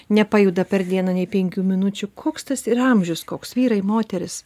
nepajuda per dieną nei penkių minučių koks tas yra amžius koks vyrai moterys